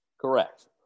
correct